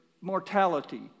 mortality